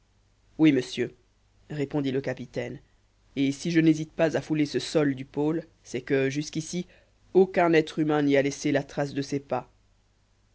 oui monsieur répondit le capitaine et si je n'hésite pas à fouler ce sol du pôle c'est que jusqu'ici aucun être humain n'y a laissé la trace de ses pas